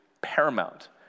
paramount